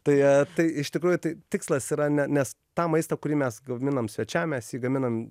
tai tai iš tikrųjų tai tikslas yra ne nes tą maistą kurį mes gaminam svečiam mes jį gaminam